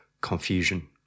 confusion